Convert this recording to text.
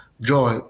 joy